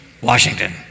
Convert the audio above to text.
Washington